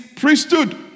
Priesthood